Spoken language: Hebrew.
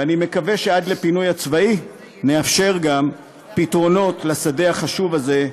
ואני מקווה שעד לפינוי הצבאי נאפשר גם פתרונות לשדה החשוב הזה,